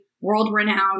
world-renowned